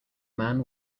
man